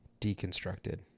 deconstructed